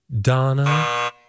Donna